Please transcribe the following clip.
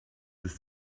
ist